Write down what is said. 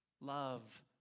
love